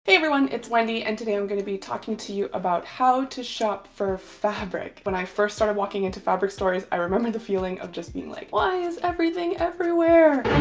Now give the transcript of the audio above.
hey, everyone. it's wendy and today i'm going to be talking to you about how to shop for fabric. when i first started walking into fabric stores i remember the feeling of just being like why is everything everywhere?